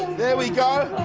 there we go.